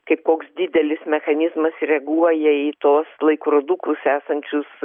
kaip koks didelis mechanizmas reaguoja į tuos laikrodukus esančius